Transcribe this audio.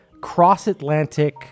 cross-Atlantic